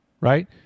right